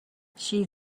she